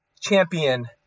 Champion